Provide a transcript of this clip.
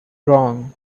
wrong